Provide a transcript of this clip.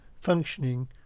functioning